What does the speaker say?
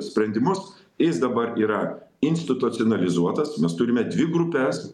sprendimus jis dabar yra institucinalizuotas mes turime dvi grupes